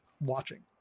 watching